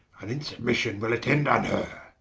and in submission will attend on her.